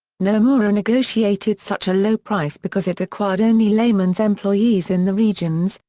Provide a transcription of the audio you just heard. nomura negotiated such a low price because it acquired only lehman's employees in the regions,